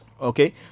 okay